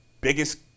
biggest